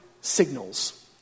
signals